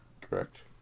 Correct